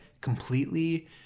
completely